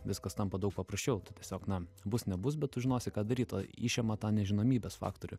viskas tampa daug paprasčiau tu tiesiog na bus nebus bet tu žinosi ką daryt o išima tą nežinomybės faktorių